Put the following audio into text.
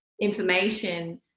information